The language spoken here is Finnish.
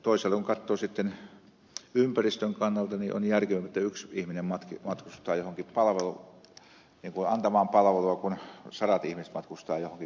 toisaalta kun katsoo ympäristön kannalta niin on järkevämpää että yksi ihminen matkustaa johonkin antamaan palvelua kuin että sadat ihmiset matkustavat johonkin etäpisteeseen